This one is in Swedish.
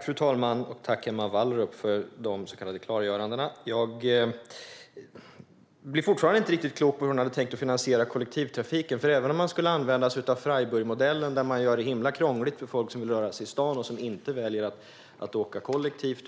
Fru talman! Jag tackar Emma Wallrup för de så kallade klargörandena. Jag blir fortfarande inte riktigt klok på hur Emma Wallrup tänker finansiera kollektivtrafiken, för även om hon använder Freiburgmodellen, där man gör det himla krångligt för folk som vill röra sig i staden och inte väljer att åka kollektivt,